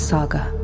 Saga